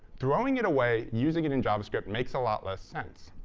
throwing it away, using it in javascript makes a lot less sense.